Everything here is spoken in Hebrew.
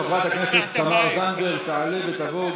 חברת הכנסת תמר זנדברג תעלה ותבוא.